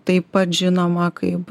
taip pat žinoma kaip